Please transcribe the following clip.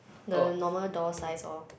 the normal door size lor